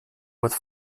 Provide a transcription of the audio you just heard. with